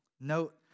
Note